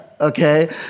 Okay